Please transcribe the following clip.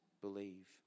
believe